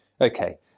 Okay